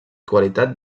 qualitat